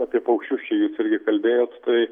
apie paukščius čia jūs irgi kalbėjot tai